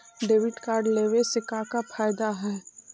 Debit card लेवे से का का फायदा है?